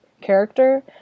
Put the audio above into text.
character